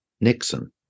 Nixon